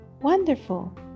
Wonderful